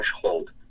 threshold